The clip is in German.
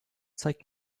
zeigt